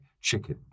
chicken